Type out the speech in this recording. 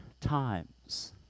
times